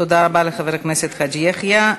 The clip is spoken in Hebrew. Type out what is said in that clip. תודה רבה לחבר הכנסת חאג' יחיא.